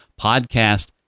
podcast